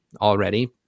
already